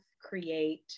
create